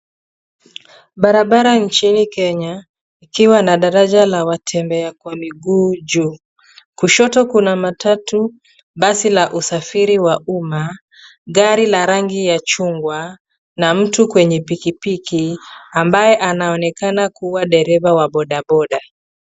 Barabara nchini Kenya, ikiwa na daraja la watembea kwa miguu juu. Kushoto kuna matatu, basi la usafiri wa umma, gari la rangi ya chungwa, na mtu kwenye pikipiki ambaye anaonekana kuwa dereva wa bodaboda.